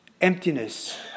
emptiness